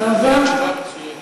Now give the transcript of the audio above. תשובה מצוינת.